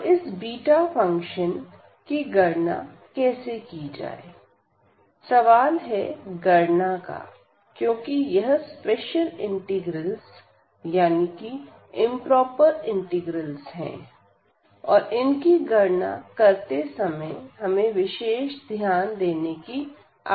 तो इस beta function की गणना कैसे की जाए सवाल है गणना का क्योंकि यह स्पेशल इंटीग्रल्स यानी कि इंप्रोपर इंटीग्रल्स है और इनकी गणना करते समय हमें विशेष ध्यान देने की आवश्यकता है